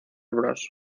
bros